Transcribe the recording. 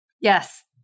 Yes